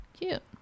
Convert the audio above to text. cute